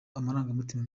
amarangamutima